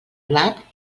blat